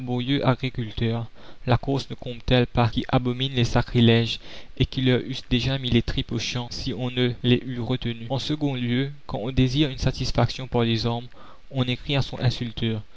agriculteurs la corse ne compte t elle pas qui abominent les sacrilèges et qui leur eussent déjà mis les tripes aux champs si on ne les eût retenus la commune en second lieu quand on désire une satisfaction par les armes on écrit à son insulteur